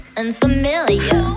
unfamiliar